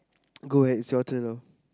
go ahead it's your turn now